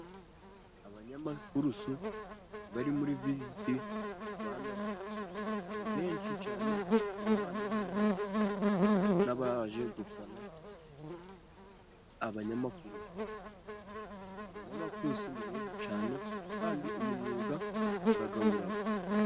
Abanyamakurusu bari muri Visiti Rwanda, ni benshi cyane, ku ruhande hariho n'abaje gufana abanyamakurusu. Abanyamakurusu ni benshi cyane kandi uyu mwuga uraragabura.